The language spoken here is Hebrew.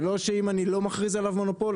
זה לא שאם אני לא מכריז עליו מונופול,